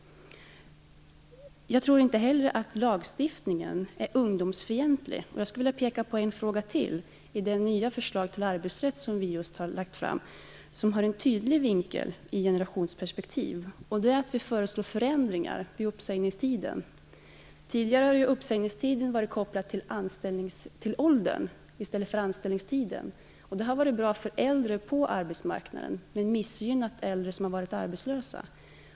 Jag tror inte heller att lagstiftningen är ungdomsfientlig. Jag skulle vilja peka på ytterligare en fråga i det nya förslag till arbetsrätt som vi just har lagt fram som har ett tydligt generationsperspektiv. Det handlar om att vi föreslår förändringar av uppsägningstiden. Tidigare har ju uppsägningstiden varit kopplad till ålder i stället för anställningstid. Det har varit bra för äldre på arbetsmarknaden, men det har missgynnat äldre som har varit arbetslösa.